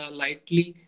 lightly